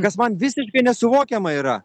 kas man visiškai nesuvokiama yra